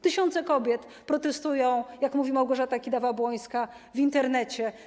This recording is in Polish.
Tysiące kobiet protestują, jak mówi Małgorzata Kidawa-Błońska, w Internecie.